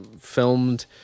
filmed